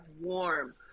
warm